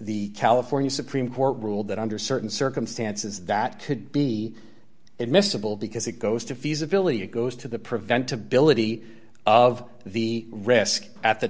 the california supreme court ruled that under certain circumstances that could be admissible because it goes to feasibility it goes to the prevent to belittle the of the risk at the